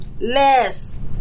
less